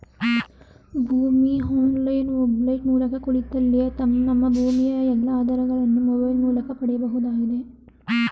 ಭೂಮಿ online website ಮೂಲಕ ಕುಳಿತಲ್ಲಿಯೇ ನಮ್ಮ ಭೂಮಿಯ ಎಲ್ಲಾ ಆಧಾರಗಳನ್ನು ಮೊಬೈಲ್ ಮೂಲಕ ಪಡೆಯಬಹುದಾಗಿದೆ